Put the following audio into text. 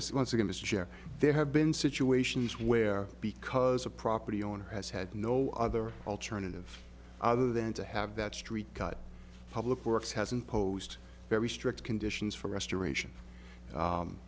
see once again as jeff there have been situations where because a property owner has had no other alternative other than to have that street cut public works has imposed very strict conditions for restoration